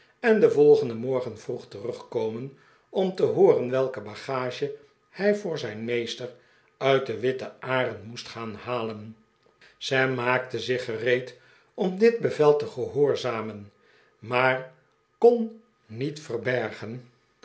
en den volgenden morgen vroeg terugkomen om te hooren welke bagage hij voor zijn meester uit de witte arend moest gaan halen sam maakte zich gereed om dit bevel tegehoorzamen maar kon niet verbergen